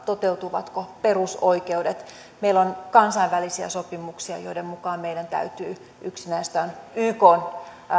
toteutuvatko perusoikeudet meillä on kansainvälisiä sopimuksia joiden mukaan meidän täytyy yksi näistä on esimerkiksi ykn